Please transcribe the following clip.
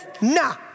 Nah